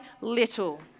little